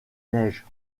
neiges